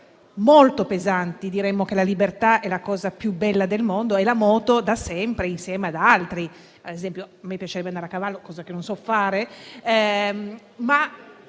molto pesanti, diremmo che la libertà è la cosa più bella del mondo. La moto da sempre, insieme ad altre cose - ad esempio, a me piacerebbe andare a cavallo, cosa che non so fare -,